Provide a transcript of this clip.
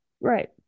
Right